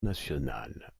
nationale